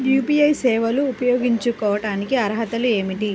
UPI సేవలు ఉపయోగించుకోటానికి అర్హతలు ఏమిటీ?